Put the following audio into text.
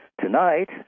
Tonight